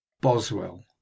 BOSWELL